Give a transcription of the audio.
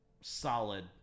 solid